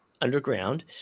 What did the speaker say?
underground